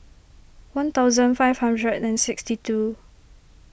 one thousand five hundred and sixty two